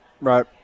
Right